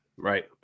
Right